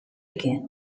again